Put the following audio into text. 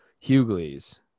Hughley's